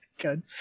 good